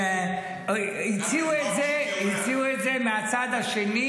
הציעו את זה מהצד השני